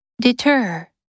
Deter